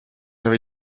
avez